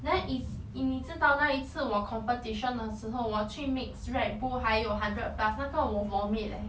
then it's 你知道到那一次我 competition 的时候我去 mix red bull 还有 hundred plus 那个我 vomit leh